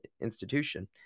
institution